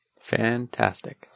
Fantastic